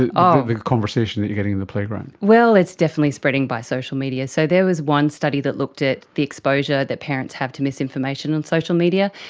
um the conversation that you're getting in the playground. well, it's definitely spreading by social media. so there was one study that looked at the exposure that parents have to misinformation on social media,